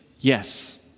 Yes